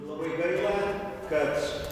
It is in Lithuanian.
labai gaila kad